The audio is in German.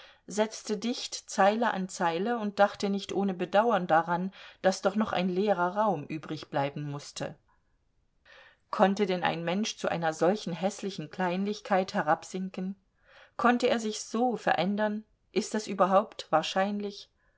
setzte dicht zeile an zeile und dachte nicht ohne bedauern daran daß doch noch ein leerer raum übrigbleiben mußte konnte denn ein mensch zu einer solchen häßlichen kleinlichkeit herabsinken konnte er sich so verändern ist das überhaupt wahrscheinlich